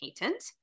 patent